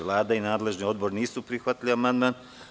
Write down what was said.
Vlada i nadležni odbor nisu prihvatili amandman.